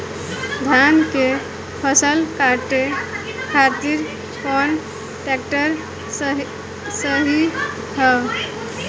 धान के फसल काटे खातिर कौन ट्रैक्टर सही ह?